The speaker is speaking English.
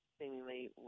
seemingly